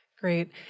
Great